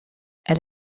elle